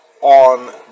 on